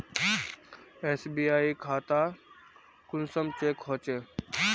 SBI खाता कुंसम check होचे?